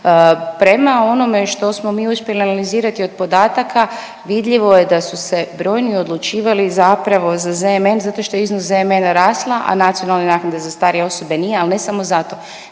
Prema onome što smo mi uspjeli analizirati od podataka vidljivo je da su se brojni odlučivali zapravo za ZMN zato što je iznos ZMN-a rasla, a nacionalna naknada za starije osobe nije. Ali ne samo zato